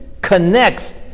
connects